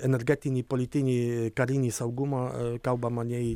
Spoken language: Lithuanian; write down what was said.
energetinį politinį karinį saugumą a kalbama